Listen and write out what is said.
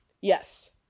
Yes